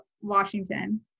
washington